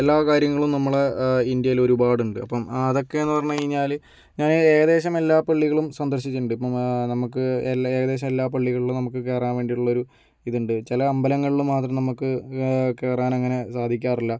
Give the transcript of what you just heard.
എല്ലാ കാര്യങ്ങളും നമ്മളെ ഇന്ത്യയിൽ ഒരുപാട് ഉണ്ട് അപ്പം അതൊക്കെ എന്ന് പറഞ്ഞു കഴിഞ്ഞാൽ ഞാൻ ഏകദേശം എല്ലാ പള്ളികളും സന്ദർശിച്ചിട്ടുണ്ട് ഇപ്പം നമുക്ക് എല്ലാ ഏകദേശം എല്ലാ പള്ളികളിലും നമുക്ക് കയറാൻ വേണ്ടിയിട്ടുള്ള ഒരു ഇതുണ്ട് ചില അമ്പലങ്ങളിൽ മാത്രം നമുക്ക് കയറാൻ അങ്ങനെ സാധിക്കാറില്ല